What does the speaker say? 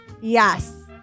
Yes